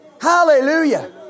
hallelujah